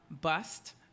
bust